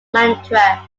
mantra